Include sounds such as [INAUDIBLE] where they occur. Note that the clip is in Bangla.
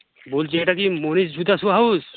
বলছি এটা কি [UNINTELLIGIBLE] জুতো শ্যু হাউস